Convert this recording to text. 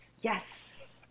Yes